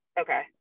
okay